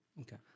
Okay